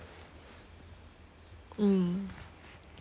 mm